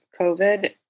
covid